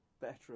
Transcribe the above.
better